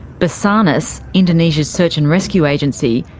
basarnas, indonesia's search and rescue agency,